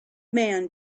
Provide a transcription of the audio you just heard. man